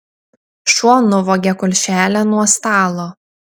šuo nuvogė kulšelę nuo stalo